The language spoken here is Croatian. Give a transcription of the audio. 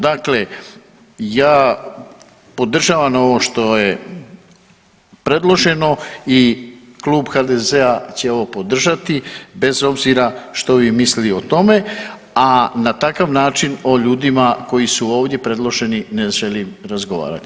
Dakle, ja podržavam ovo što je predloženo i klub HDZ-a će ovo podržati bez obzira što vi mislili o tome, a na takav način o ljudima koji su ovdje predloženi ne želim razgovarati.